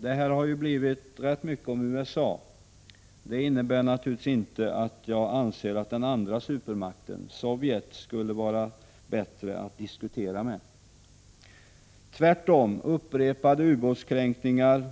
Detta har ju blivit rätt mycket om USA. Det innebär naturligtvis inte att jag anser att den andra supermakten, Sovjet, skulle vara bättre att diskutera med. Tvärtom — upprepade ubåtskränkningar